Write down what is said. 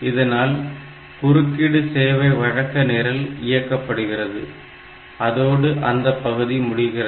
இதனால் குறுக்கீடு சேவை வழக்க நிரல் இயக்கப்படுகிறது அதோடு அந்தப் பகுதி முடிகிறது